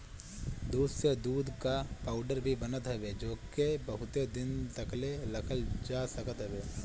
दूध से दूध कअ पाउडर भी बनत हवे जेके बहुते दिन तकले रखल जा सकत हवे